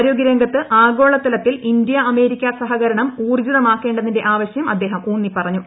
ആരോഗ്യ രംഗത്ത് ആഗോളതലത്തിൽ ഇന്ത്യ അമേരിക്ക സഹകരണം ഊർജ്ജിതമാക്കേണ്ടതിന്റെ ആവശ്യം അദ്ദേഹം ഊന്നിപ്പറഞ്ഞു